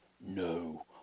No